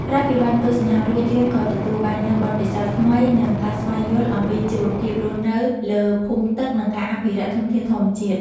ក្រោយពីបានទស្សនារួចយើងក៏ទទួលបាននៅបទពិសោធន៍ថ្មីនិងការស្វែងយល់អំពីជីវភាពរស់នៅលើភូមិទឹក និងការអភិរក្សធនធានធម្មជាតិ។